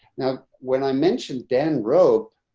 now, when i mentioned dan rope,